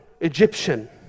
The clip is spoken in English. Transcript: Egyptian